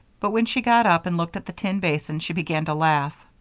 but when she got up and looked at the tin basin, she began to laugh.